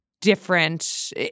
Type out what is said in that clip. different